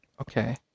Okay